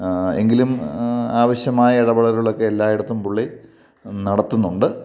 എങ്കിലും ആവശ്യമായ ഇടപെടലുകളൊക്കെ എല്ലായിടത്തും പുള്ളി നടത്തുന്നുണ്ട്